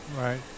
Right